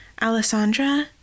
Alessandra